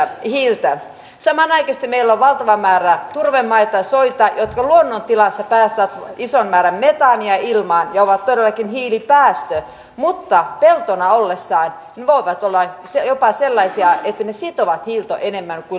samanaikaisesti meillä on valtava määrä turvemaita ja soita jotka luonnontilassa päästävät ison määrän metaania ilmaan ja ovat todellakin hiilipäästö mutta peltona ollessaan ne voivat olla jopa sellaisia että ne sitovat hiiltä enemmän kuin luonnontilaisina